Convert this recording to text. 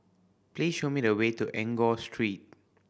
please show me the way to Enggor Street